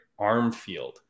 armfield